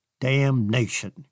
damnation